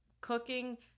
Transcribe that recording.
cooking